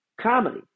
comedy